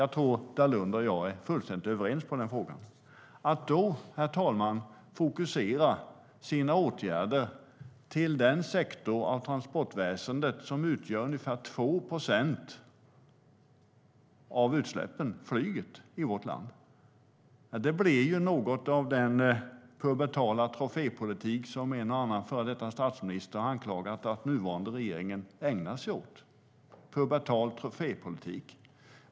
Jag tror att Dalunde och jag är fullständigt överens i den här frågan. Att då, herr talman, fokusera sina åtgärder till en sektor av transportväsendet som står för ungefär 2 procent av utsläppen i vårt land, nämligen flyget, blir något av den pubertala trofépolitik som en och annan före detta statsminister anklagat den nuvarande regeringen för att ägna sig åt.